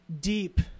deep